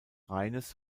reines